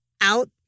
out